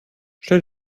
stell